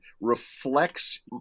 reflects